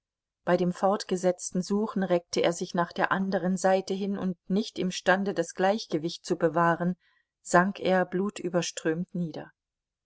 bei dem fortgesetzten suchen reckte er sich nach der anderen seite hin und nicht imstande das gleichgewicht zu bewahren sank er blutüberströmt nieder